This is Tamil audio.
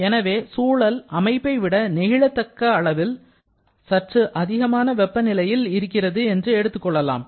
எனவே சூழல் அமைப்பைவிட நெகிழ தக்க அளவு சிறிய அதிகமான வெப்ப நிலையில் இருக்கிறது என்று எடுத்துக் கொள்ளலாம்